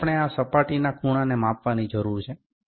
તેથી આપણે આ સપાટીના ખૂણાને માપવાની જરૂર છે